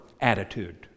attitude